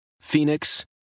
Phoenix